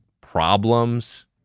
Problems